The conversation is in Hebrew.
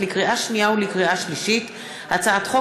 הצעת חוק